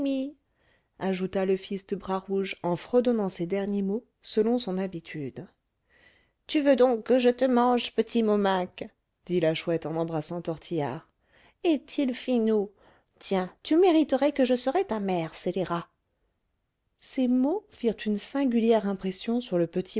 ajouta le fils de bras rouge en fredonnant ces derniers mots selon son habitude tu veux donc que je te mange petit momacque dit la chouette en embrassant tortillard est-il finaud tiens tu mériterais que je serais ta mère scélérat ces mots firent une singulière impression sur le petit